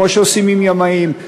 כמו שעושים לגבי ימאים,